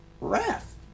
wrath